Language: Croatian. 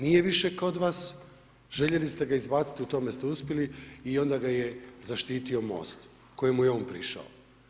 Nije više kod vas, željeli ste ga izbaciti, u tome ste uspjeli i onda ga je zaštitio MOST, kojemu je on prišao.